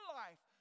life